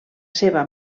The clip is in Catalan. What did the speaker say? seva